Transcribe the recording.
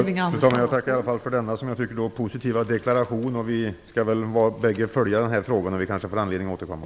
Fru talman! Jag tackar för denna, som jag tycker, positiva deklaration. Vi skall bägge följa denna fråga. Vi kanske får anledning att återkomma.